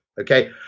okay